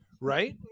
right